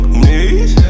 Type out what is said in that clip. knees